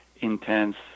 intense